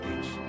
Beach